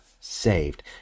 saved